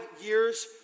years